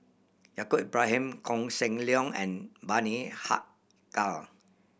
Yaacob Ibrahim Koh Seng Leong and Bani Haykal